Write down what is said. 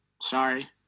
sorry